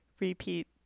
Repeat